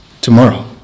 Tomorrow